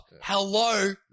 Hello